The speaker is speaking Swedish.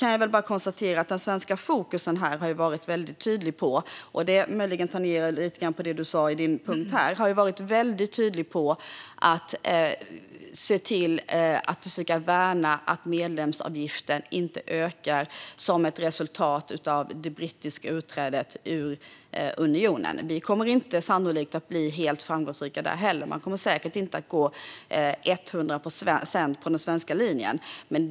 När det gäller de budgetförhandlingar som förs just nu kan jag konstatera - och det tangerar möjligen lite grann det interpellanten sa - att svenskt fokus väldigt tydligt har legat på att se till att medlemsavgiften inte ökar som ett resultat av det brittiska utträdet ur unionen. Vi kommer sannolikt inte att bli helt framgångsrika där; man kommer säkert inte att gå på den svenska linjen till hundra procent.